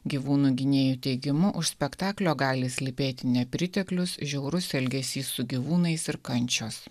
gyvūnų gynėjų teigimu už spektaklio gali slypėti nepriteklius žiaurus elgesys su gyvūnais ir kančios